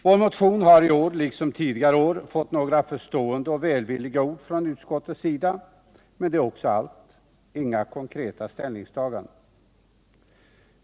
Vår motion har i år liksom tidigare år fått några förstående och välvilliga ord från utskottets sida, men det är också allt, inga konkreta ställningstaganden.